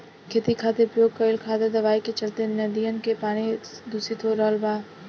खेती खातिर प्रयोग कईल खादर दवाई के चलते नदियन के पानी दुसित हो रहल बा